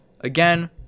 Again